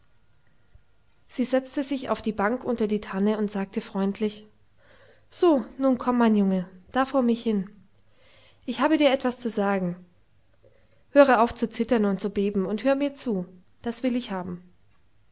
sie setzte sich auf die bank unter die tanne und sagte freundlich so nun komm mein junge da vor mich hin ich habe dir etwas zu sagen höre auf zu zittern und zu beben und hör mir zu das will ich haben